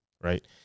right